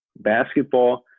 Basketball